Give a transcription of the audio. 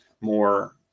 more